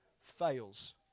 fails